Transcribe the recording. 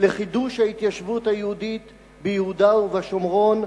לחידוש ההתיישבות היהודית ביהודה ובשומרון,